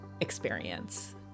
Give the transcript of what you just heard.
experience